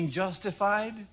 justified